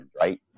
right